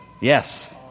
Yes